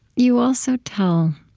you also tell